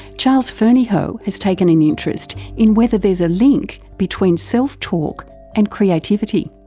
charles fernyhough has taken in interest in whether there's a link between self-talk and creativity.